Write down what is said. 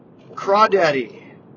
Crawdaddy